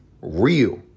real